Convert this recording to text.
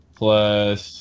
plus